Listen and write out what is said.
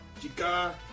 Chica